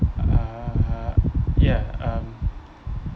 (uh huh) yeah um